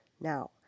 now